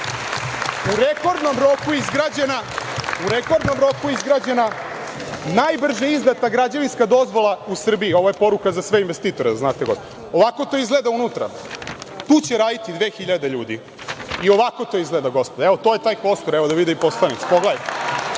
rekordnom roku izgrađena, najbrže izdata građevinska dozvola u Srbiji. Ovo je poruka za sve investitore, da znate. Ovako to izgleda unutra, tu će raditi 2.000 ljudi i ovako to izgleda, gospodo. To je taj kostur, evo, da vide i poslanici. Pogledajte.